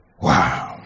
Wow